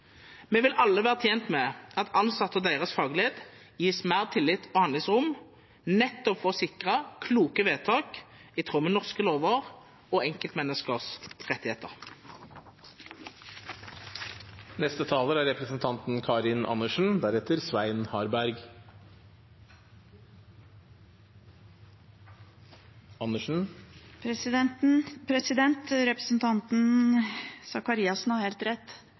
Vi vil alle være tjent med at ansatte og deres faglighet gis mer tillit og handlingsrom, nettopp for å sikre kloke vedtak i tråd med norske lover og enkeltmenneskers rettigheter. Representanten Faret Sakariassen har helt rett. Det er